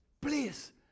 Please